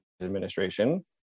administration